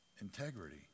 integrity